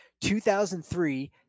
2003